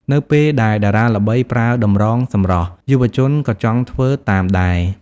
នៅពេលដែលតារាល្បីប្រើតម្រងសម្រស់ យុវជនក៏ចង់ធ្វើតាមដែរ។